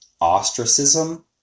ostracism